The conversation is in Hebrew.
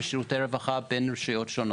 בשירותי רווחה בין רשויות שונות.